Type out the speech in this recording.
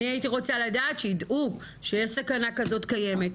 אני הייתי רוצה לדעת שיידעו שיש סכנה כזאת קיימת,